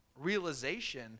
realization